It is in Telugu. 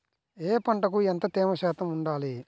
ఏ పంటకు ఎంత తేమ శాతం ఉండాలి?